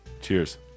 Cheers